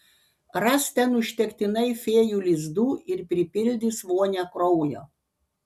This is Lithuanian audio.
ras ten užtektinai fėjų lizdų ir pripildys vonią kraujo